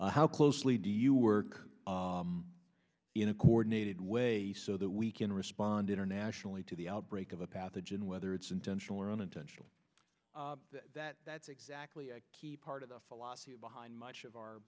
how closely do you work in a coordinated way so that we can respond internationally to the outbreak of a pathogen whether it's intentional or unintentional that that's exactly a key part of the philosophy behind much of